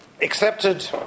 accepted